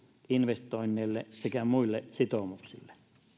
investoinneille sekä muille sitoumuksille